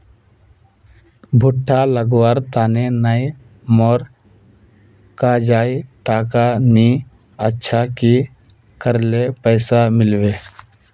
भुट्टा लगवार तने नई मोर काजाए टका नि अच्छा की करले पैसा मिलबे?